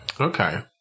Okay